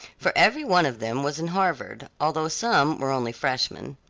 for every one of them was in harvard, although some were only freshmen.